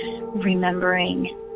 remembering